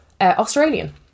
Australian